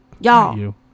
y'all